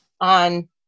on